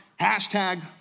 hashtag